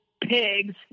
pigs